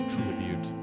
Tribute